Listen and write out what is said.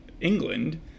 England